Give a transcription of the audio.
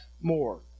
more